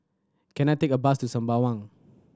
can I take a bus to Sembawang